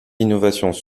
innovations